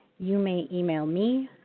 you may email me,